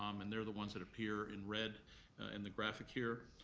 um and they're the ones that appear in red in the graphic here.